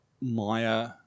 Maya